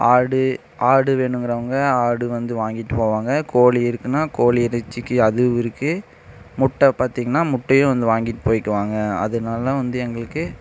ஆடு ஆடு வேணும்கிறவங்க ஆடு வந்து வாங்கிட்டு போவாங்க கோழி இருக்குன்னால் கோழி இறைச்சிக்கு அதுவும் இருக்குது முட்டை பார்தீங்கன்னா முட்டையும் வந்து வாங்கிட்டு போயிக்குவாங்க அதனால வந்து எங்களுக்கு